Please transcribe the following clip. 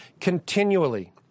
continually